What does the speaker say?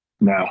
no